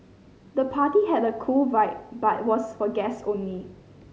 the party had a cool vibe but was for guests only